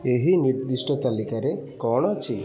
ଏହି ନିର୍ଦ୍ଧିଷ୍ଟ ତାଲିକାରେ କ'ଣ ଅଛି